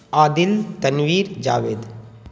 Adil Tanveer Javed